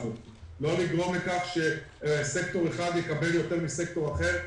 לא לגרום לכך שסקטור אחד יקבל יותר מסקטור אחר.